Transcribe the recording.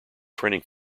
training